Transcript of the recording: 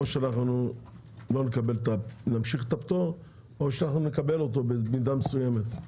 או שנמשיך את הפטור או שנקבל אותו במידה מסוימת.